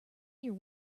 your